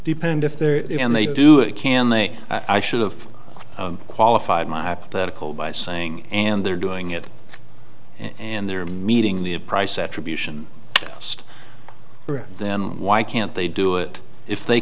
depend if there is and they do it can they i should've qualified my pathetically by saying and they're doing it and they're meeting the a price attribution then why can't they do it if they